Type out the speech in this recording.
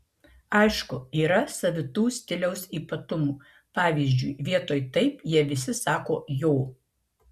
aišku yra savitų stiliaus ypatumų pavyzdžiui vietoj taip jie visi sako jo